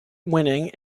winning